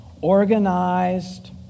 organized